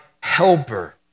helper